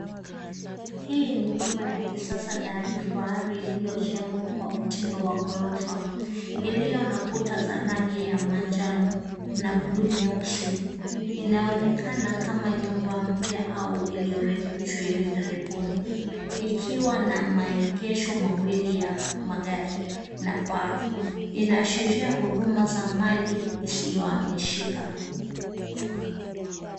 Hii ni nyumba ya kisasa na ya kifahari iliyojengwa kwa mtindo wa ghorofa. Iliyo na kuta za rangi ya manjano na buluu nyeusi. Inaonekana kama nyumba mpya au iliyorekebishwa ivi karibuni, ikiwa na maegesho mawili ya magari na paa. Inaashiria huduma za mali isiyohamishika.